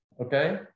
Okay